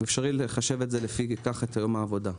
ואפשרי לחשב את זה תחת יום העבודה.